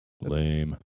Lame